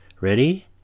Ready